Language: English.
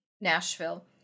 Nashville